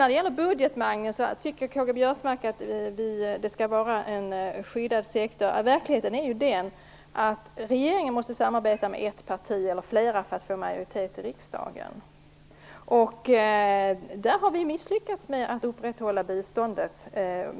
När det gäller budgeten tycker K-G Biörsmark att det skall vara en skyddad sektor. Verkligheten är den att regeringen måste samarbeta med ett parti, eller flera partier, för att få majoritet i riksdagen. Där har vi misslyckats med att upprätthålla biståndet.